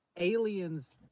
aliens